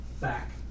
back